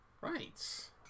Right